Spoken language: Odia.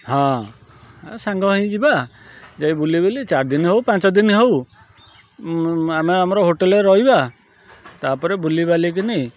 ହଁ ସାଙ୍ଗ ହେଇଯିବା ଯାଇ ବୁଲି ବୁଲି ଚାରି ଦିନ ହଉ ପାଞ୍ଚ ଦିନ ହଉ ଆମେ ଆମର ହୋଟେଲ୍ ରେ ରହିବା ତାପରେ ବୁଲିବାଲି କିନି